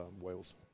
Wales